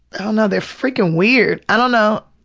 ah know, they're freakin' weird! i don't know.